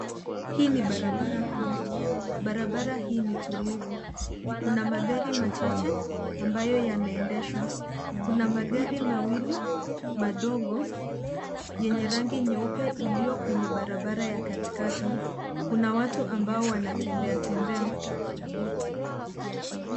Hii ni barabara kuu. Barabara hii ni tulivu. Kuna magari machache ambayo yanaendeshwa. Kuna magari mawili madogo yenye rangi nyeupe yalio kwenye barabara ya katikati. Kuna watu ambao wanatembea tembea.